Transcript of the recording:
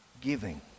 giving